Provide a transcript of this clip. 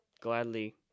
gladly